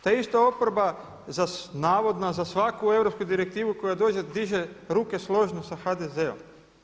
Ta ista oporba, navodna, za svaku europsku direktivu koja dođe diže ruke složno sa HDZ-om.